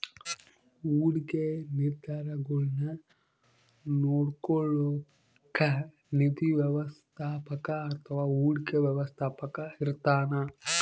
ಹೂಡಿಕೆ ನಿರ್ಧಾರಗುಳ್ನ ನೋಡ್ಕೋಳೋಕ್ಕ ನಿಧಿ ವ್ಯವಸ್ಥಾಪಕ ಅಥವಾ ಹೂಡಿಕೆ ವ್ಯವಸ್ಥಾಪಕ ಇರ್ತಾನ